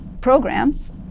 programs